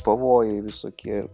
pavojai visokie